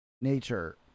nature